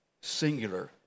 singular